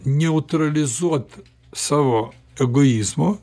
neutralizuot savo egoizmo